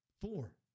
four